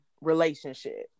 relationship